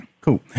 Cool